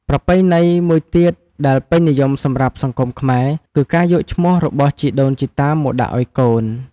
ប្រពៃណីមួយទៀតដែលពេញនិយមសម្រាប់សង្គមខ្មែរ គឺការយកឈ្មោះរបស់ជីដូនជីតាមកដាក់ឲ្យកូន។